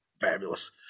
Fabulous